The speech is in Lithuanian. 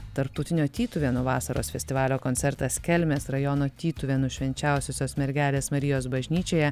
tarptautinio tytuvėnų vasaros festivalio koncertas kelmės rajono tytuvėnų švenčiausiosios mergelės marijos bažnyčioje